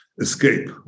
escape